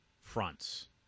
fronts